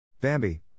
Bambi